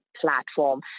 platform